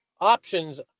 options